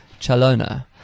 Chalona